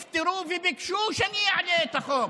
למען המשפחות של אלה שנפטרו וביקשו שאני אעלה את החוק,